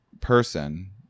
person